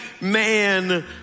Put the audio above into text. man